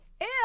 Ew